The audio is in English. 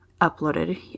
uploaded